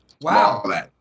Wow